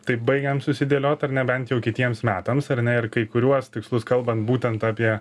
taip baigiam susidėliot ar ne bent jau kitiems metams ar ne ir kai kuriuos tikslus kalbant būtent apie